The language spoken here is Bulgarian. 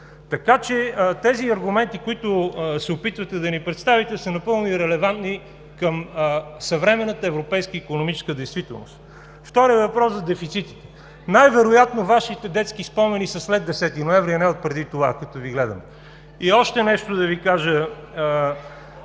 Така че тези аргументи, които се опитвате да ни представяте, са напълно ирелевантни към съвременната европейска икономическа действителност. Вторият въпрос – за дефицитите. Най-вероятно Вашите детски спомени са след 10 ноември, а не отпреди това, като Ви гледам. И още нещо да Ви кажа: